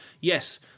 Yes